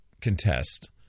contest